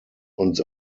und